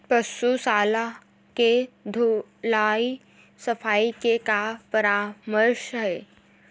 पशु शाला के धुलाई सफाई के का परामर्श हे?